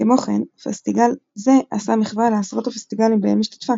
כמו כן פסטיגל זה עשה מחווה לעשרות הפסטיגלים בהם השתתפה